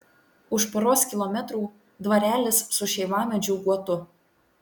už poros kilometrų dvarelis su šeivamedžių guotu